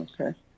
Okay